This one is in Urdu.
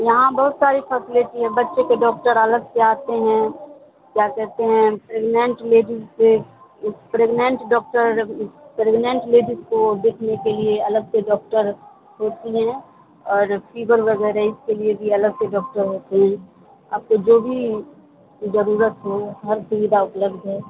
یہاں بہت ساری فیسلٹی ہیں بچے کے ڈاکٹر الگ سے آتے ہیں کیا کہتے ہیں پریگننٹ لیڈیز کے پریگننٹ ڈاکٹر پریگننٹ لیڈیز کو دیکھنے کے لیے الگ سے ڈاکٹر ہوتی ہیں اور فیور وغیرہ اس کے لیے بھی الگ سے ڈاکٹر ہوتے ہیں آپ کو جو بھی ضرورت ہو ہر سویدھا اپلبدھ ہے